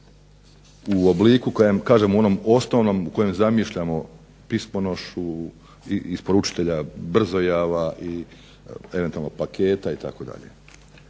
u obliku u onom osnovnom u kojem zamišljamo pismonošu i isporučitelja brzojava i eventualno paketa itd.